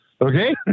Okay